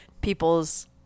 people's